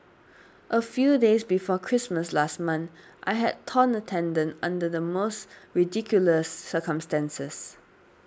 a few days before Christmas last month I had torn a tendon under the most ridiculous circumstances